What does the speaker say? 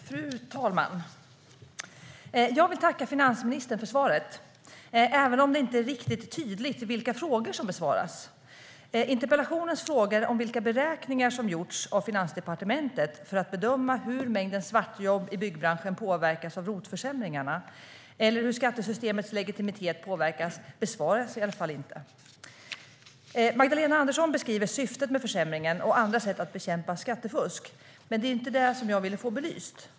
Fru talman! Jag vill tacka finansministern för svaret, även om det inte är tydligt vilka frågor som besvaras. Frågorna i interpellationen, om vilka beräkningar Finansdepartementet har gjort för att bedöma hur mängden svartjobb i byggbranschen påverkas av ROT-försämringarna och om hur skattesystemets legitimitet påverkas, besvaras i alla fall inte. Magdalena Andersson beskriver syftet med försämringen och andra sätt att bekämpa skattefusk, men det är inte det jag vill få belyst.